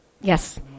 Yes